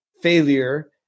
failure